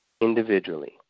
individually